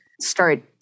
start